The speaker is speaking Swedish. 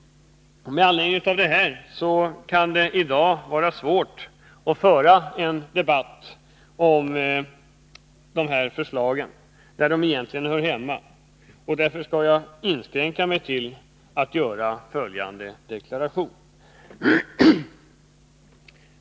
Med anledning av detta kan det i dag vara svårt att föra en debatt om dessa förslag där de egentligen hör hemma, och därför skall jag inskränka mig till att göra följande deklaration.